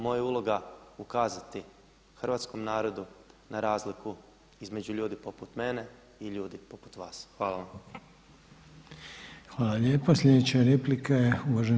Moja je uloga ukazati hrvatskom narodu na razliku između ljudi poput mene i ljudi poput vas.